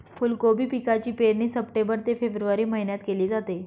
फुलकोबी पिकाची पेरणी सप्टेंबर ते फेब्रुवारी महिन्यात केली जाते